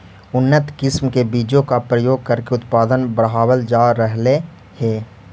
उन्नत किस्म के बीजों का प्रयोग करके उत्पादन बढ़ावल जा रहलइ हे